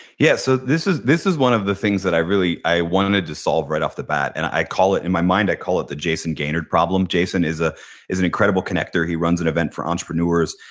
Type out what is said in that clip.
yeah so this is this is one of the things that i really i wanted to solve right off the bat. and i call it, in my mind i call it the jason gaynard problem. jason is ah is an incredible connector, he runs an event for entrepreneurs.